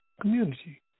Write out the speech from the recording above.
community